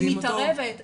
היא מתערבת,